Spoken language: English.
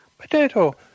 potato